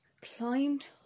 climbed